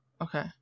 Okay